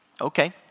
Okay